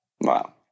Wow